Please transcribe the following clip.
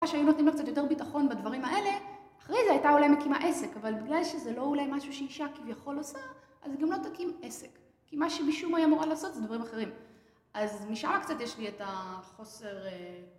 אם היינו נותנים לו קצת יותר ביטחון בדברים האלה, אחרי זה הייתה אולי מקימה עסק, אבל בגלל שזה לא אולי משהו שאישה כביכול עושה, אז גם לא תקים עסק, כי מה שמשום מה היא אמורה לעשות זה דברים אחרים. אז משם קצת יש לי את החוסר...